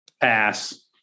Pass